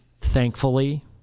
thankfully